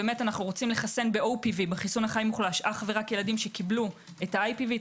אנחנו רוצים לחסן ב-OPV החיסון החי מוחלש רק ילדים שקיבלו את ה-IPV.